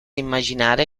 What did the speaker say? immaginare